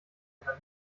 aber